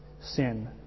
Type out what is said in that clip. sin